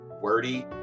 wordy